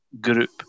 group